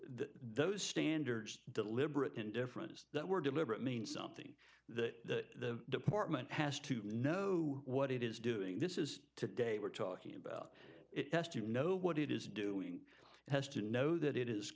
those standards deliberate indifference that were deliberate means something that the department has to know what it is doing this is today we're talking about it test you know what it is doing it has to know that it is